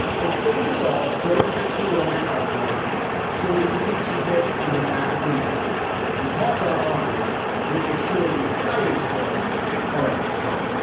i say this all during the corona outbreak so that you can keep it in the back of your mind because our minds will make sure the exciting stories are at the front